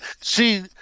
see